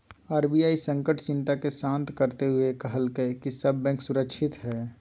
RBI संकट चिंता के शांत करते हुए कहलकय कि सब बैंक सुरक्षित हइ